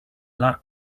lot